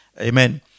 amen